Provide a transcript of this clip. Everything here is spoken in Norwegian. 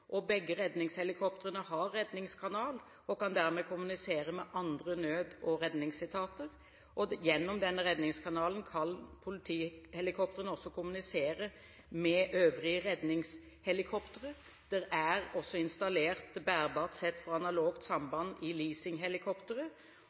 Begge redningshelikoptrene har redningskanal og kan dermed kommunisere med andre nød- og redningsetater. Gjennom den redningskanalen kan politihelikoptrene også kommunisere med øvrige redningshelikoptre. Det er også installert bærbart sett for analogt